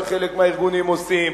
שחלק מהארגונים עושים,